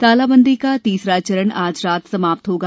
तालाबंदी का तीसरा चरण आज रात समाप्त होगा